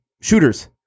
shooters